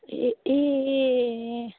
ए ए